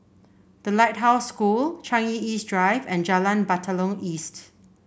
The Lighthouse School Changi East Drive and Jalan Batalong East